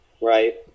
right